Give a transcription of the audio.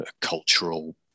cultural